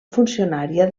funcionària